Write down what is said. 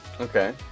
Okay